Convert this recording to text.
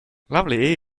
lovely